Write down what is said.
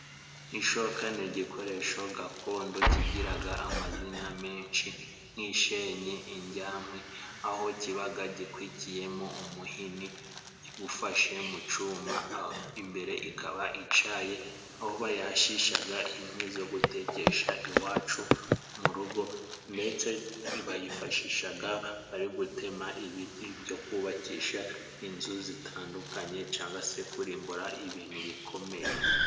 Ishoka ni igikoresho gakondo kigiraga amazina menshi nk'ishenyi, indyankwi, aho kibaga gikwikiyemo umuhini ufashe mu cuma. Imbere ikaba icaye ahoyashishaga inkwi zo gutekesha iwacu mu rugo. Ndetse bayifashishaga bari gutema ibiti byo kubakisha inzu zitandukanye, cyangwa se kurimbura ibintu bikomeye.